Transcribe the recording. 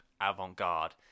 avant-garde